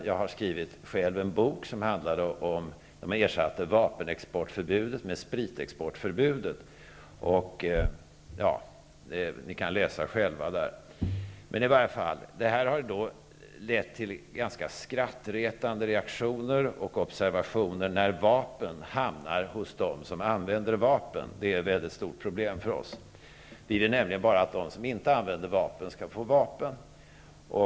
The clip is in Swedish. Jag har själv skrivit en bok som handlar om när man ersatte vapenexportförbudet med spritexportförbudet. Ni kan själva läsa den. Det har alltså lett till ganska skrattretande reaktioner och observationer när vapen hamnar hos dem som använder vapen. Det är ett mycket stort problem för oss i Sverige. Vi vill nämligen att bara de som inte använder vapen skall få vapen.